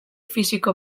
fisiko